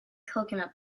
coconut